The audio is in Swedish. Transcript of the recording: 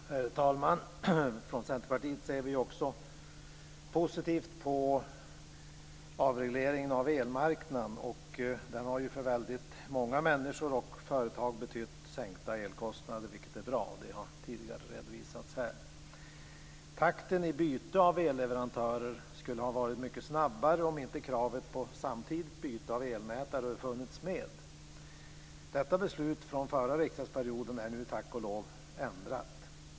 Herr talman! Från Centerpartiet ser vi också positivt på avregleringen av elmarknaden. Den har för väldigt många människor och företag betytt sänkta elkostnader, vilket är bra. Det har tidigare redovisats här. Takten i byte av ellevarantörer skulle ha varit mycket snabbare om inte kravet på samtidigt byte av elmätare hade funnits med. Detta beslut från förra riksdagsperioden är nu tack och lov ändrat.